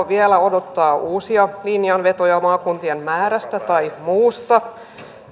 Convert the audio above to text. vielä odottaa uusia linjanvetoja maakuntien määrästä tai muusta